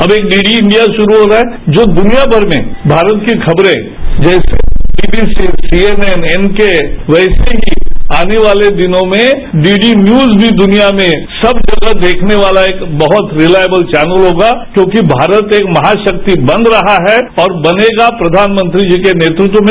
अब एक D D India शुरू हो रहा है जो दुनियामर में भारत की खबरें जैसे B B C C N N N के वैसे ही आने वाले दिनों में डी डी न्यूज़ भी दुनिया में सब जगह देखने वाला एक बहुत रिलायबल चैनल होगा क्योंकि भारत एक महाशक्ति बन रहा है और बनेगा प्रधानमंत्री जी के नेतृत्व में